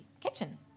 kitchen